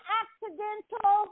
accidental